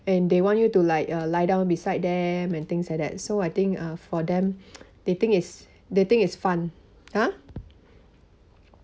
and they want you to like uh lie down beside them and things like that so I think uh for them they think is they think is fun !huh!